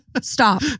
Stop